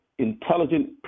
intelligent